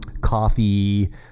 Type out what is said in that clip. coffee